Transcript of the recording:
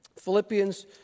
Philippians